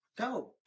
Go